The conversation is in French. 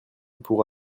pour